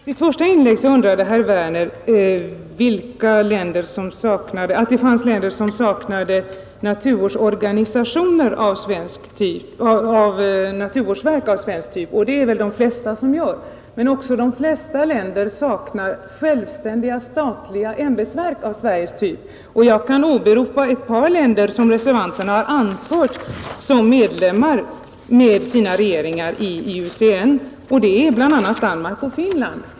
Herr talman! I sitt första inlägg sade herr Werner i Malmö att det fanns länder som saknade naturvårdsverk av svensk typ, och det gör väl de flesta länder. Men de flesta länder saknar också självständiga statliga ämbetsverk av svensk typ. Jag kan åberopa ett par länder som reservanterna har anfört som medlemmar genom sina regeringar i IUCN, och det är Danmark och Finland.